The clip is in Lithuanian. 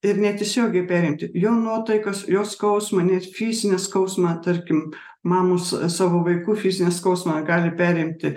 ir netiesiogiai perimti jo nuotaikas jo skausmą net fizinį skausmą tarkim mamos savo vaikų fizinį skausmą gali perimti